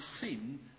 sin